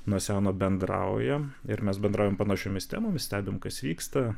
nuo seno bendraujam ir mes bendraujam panašiomis temomis stebim kas vyksta